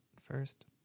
first